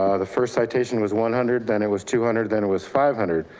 ah the first citation was one hundred, then it was two hundred, then it was five hundred.